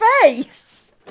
face